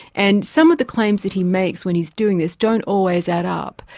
and some of the claims that he makes when he's doing this, don't always add up,